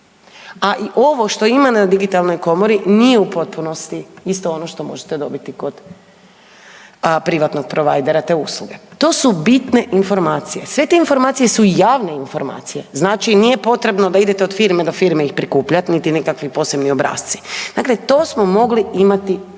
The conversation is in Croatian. a i ovo što ima na Digitalnoj komori nije u potpunosti isto ono što možete dobiti kod privatnog provajdera te usluge. To su bitne informacije. Sve te informacije su javne informacije, znači nije potrebno da idete od firme do firme ih prikupljat, niti nekakvi posebni obrasci. Dakle, to smo mogli imati odavno i